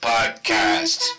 Podcast